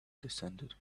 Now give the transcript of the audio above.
descended